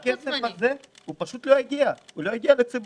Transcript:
הכסף הזה פשוט לא יגיע לציבור.